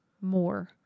more